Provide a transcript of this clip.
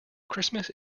christmas